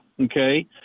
Okay